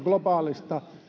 globaalia